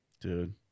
dude